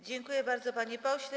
Dziękuję bardzo, panie pośle.